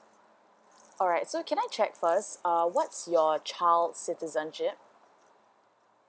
alright so can I check first uh what's your child citizenship